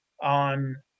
on